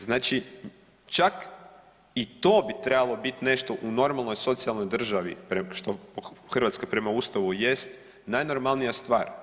Znači čak i to bi trebalo biti nešto u normalnoj socijalnoj državi, Hrvatska prema Ustavu jest najnormalnija stvar.